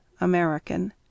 American